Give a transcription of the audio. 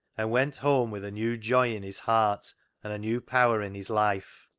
and went home with a new joy in his heart and a new power in his life.